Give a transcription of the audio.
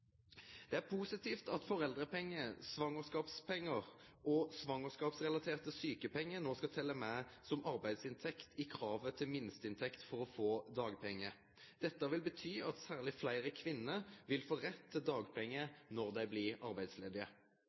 Det er positivt at foreldrepengar, svangerskapspengar og svangerskapsrelaterte sjukepengar no skal telje med som arbeidsinntekt i kravet til minsteinntekt for å få dagpengar. Det vil bety at særleg fleire kvinner vil få rett til dagpengar når dei blir arbeidsledige.